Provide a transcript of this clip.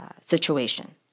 situation